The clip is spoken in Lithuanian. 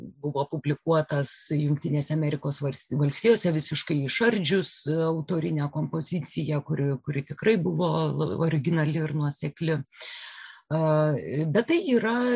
buvo publikuotas jungtinėse amerikos valst valstijose visiškai išardžius autorinę kompoziciją kurių kuri tikrai buvo labai originali ir nuosekli a bet tai yra